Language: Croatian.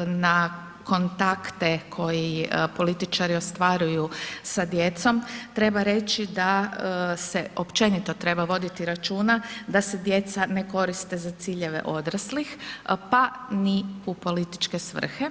na kontakte koji političari ostvaruju sa djecom treba reći da se općenito treba voditi računa da se djeca ne koriste za ciljeve odraslih pa ni u političke svrhe.